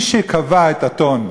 ומי שקבע את הטון